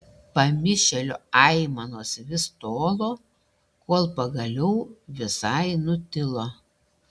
pamišėlio aimanos vis tolo kol pagaliau visai nutilo